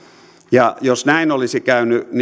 jos näin olisi käynyt niin